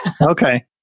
Okay